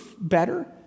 better